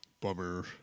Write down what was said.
Bummer